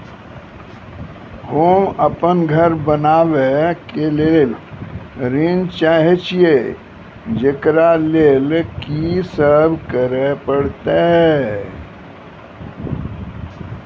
होम अपन घर बनाबै के लेल ऋण चाहे छिये, जेकरा लेल कि सब करें परतै?